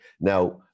Now